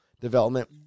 development